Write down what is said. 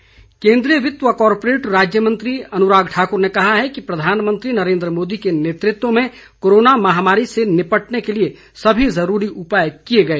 अनुराग ठाक्र केंद्रीय वित्त व कारपोरेट राज्य मंत्री अनुराग ठाकुर ने कहा है कि प्रधानमंत्री नरेन्द्र मोदी के नेतृत्व में कोरोना महामारी से निपटने के लिए सभी जरूरी उपाए किए गए